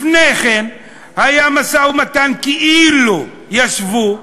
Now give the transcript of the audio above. לפני כן היה משא-ומתן, כאילו ישבו,